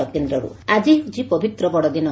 ବଡ଼ଦିନ ଆକି ହେଉଛି ପବିତ୍ର ପଡ଼ଦିନ